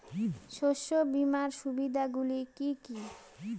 শস্য বিমার সুবিধাগুলি কি কি?